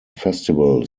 festival